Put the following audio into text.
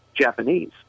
Japanese